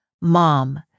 Mom